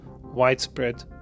widespread